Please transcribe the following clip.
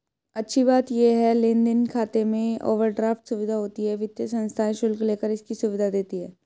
अच्छी बात ये है लेन देन खाते में ओवरड्राफ्ट सुविधा होती है वित्तीय संस्थाएं शुल्क लेकर इसकी सुविधा देती है